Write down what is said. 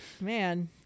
man